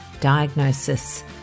diagnosis